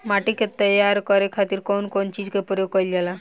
माटी के तैयार करे खातिर कउन कउन चीज के प्रयोग कइल जाला?